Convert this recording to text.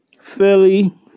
Philly